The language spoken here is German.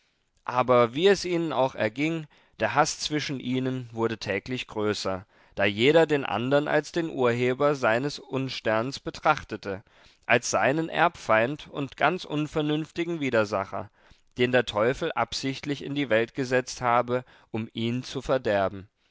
aber wie es ihnen auch erging der haß zwischen ihnen wurde täglich größer da jeder den andern als den urheber seines unsterns betrachtete als seinen erbfeind und ganz unvernünftigen widersacher den der teufel absichtlich in die welt gesetzt habe um ihn zu verderben